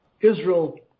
Israel